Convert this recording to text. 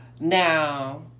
now